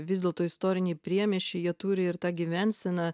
vis dėlto istoriniai priemiesčiai jie turi ir tą gyvenseną